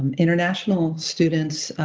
and international students,